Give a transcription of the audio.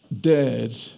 dead